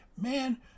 Man